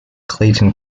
clayton